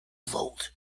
vault